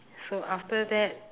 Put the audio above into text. so after that